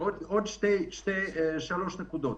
עוד שלוש נקודות.